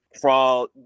crawl